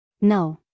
No